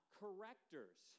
correctors